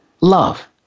love